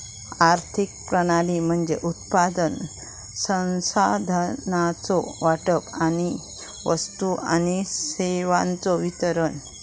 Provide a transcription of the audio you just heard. आर्थिक प्रणाली म्हणजे उत्पादन, संसाधनांचो वाटप आणि वस्तू आणि सेवांचो वितरण